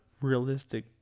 realistic